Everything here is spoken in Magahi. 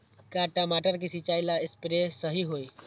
का टमाटर के सिचाई ला सप्रे सही होई?